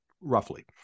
roughly